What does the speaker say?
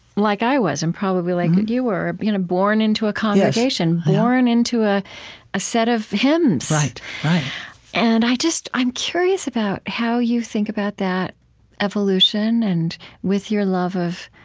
like i was and probably like you were you know born into a congregation, born into a a set of hymns right, right and i just i'm curious about how you think about that evolution and with your love of